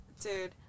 Dude